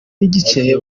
n’igice